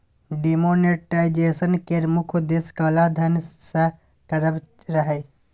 demonetisation केर मुख्य उद्देश्य काला धन सँ लड़ब रहय